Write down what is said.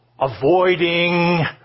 avoiding